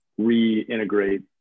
reintegrate